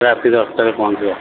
ରାତି ଦଶଟାରେ ପହଞ୍ଚିବ